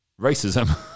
racism